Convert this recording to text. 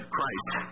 Christ